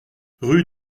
rue